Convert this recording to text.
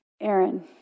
Aaron